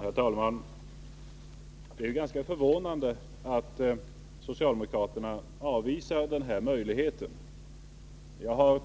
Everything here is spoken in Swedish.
Herr talman! Det är ganska förvånande att socialdemokraterna avvisar den här möjligheten. Jag har